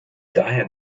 daher